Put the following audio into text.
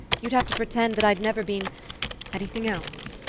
you'd have to pretend that i'd never been anything else.